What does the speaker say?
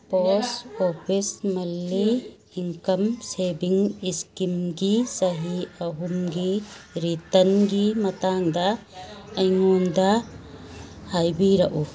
ꯄꯣꯁ office monthly income saving ꯏꯁꯀꯤꯝꯒꯤ ꯆꯍꯤ ꯑꯍꯨꯝꯒꯤ ꯔꯤꯇꯟꯒꯤ ꯃꯇꯥꯡꯗ ꯑꯩꯉꯣꯟꯗ ꯍꯥꯏꯕꯤꯔꯛꯎ